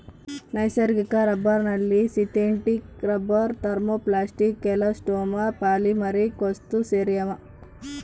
ನೈಸರ್ಗಿಕ ರಬ್ಬರ್ನಲ್ಲಿ synthetic rubber thermoplastic elastomer polymeric ವಸ್ತುಸೇರ್ಯಾವ